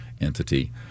entity